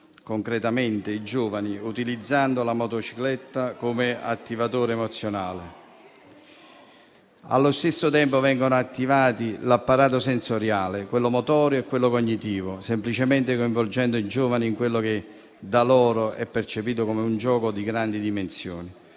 concretamente i giovani, utilizzando la motocicletta come attivatore emozionale. Allo stesso tempo, vengono attivati l'apparato sensoriale, quello motorio e quello cognitivo, semplicemente coinvolgendo i giovani in quello che da loro è percepito come un gioco di grandi dimensioni.